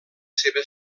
seva